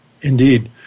Indeed